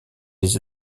des